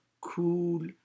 cool